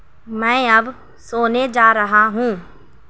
میں اب سونے جا رہا ہوں